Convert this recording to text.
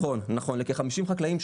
נכון, נכון, לכ-50 חקלאים.